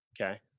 Okay